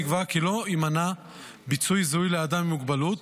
נקבע כי לא יימנע ביצוע זיהוי לאדם עם מוגבלות,